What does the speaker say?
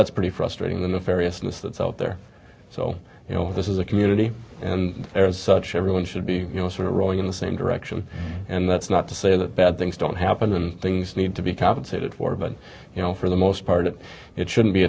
that's pretty frustrating the nefariousness that's out there so you know this is a community and there is such everyone should be you know sort of rowing in the same direction and that's not to say that bad things don't happen and things need to be compensated for but you know for the most part it it shouldn't be